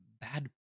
bad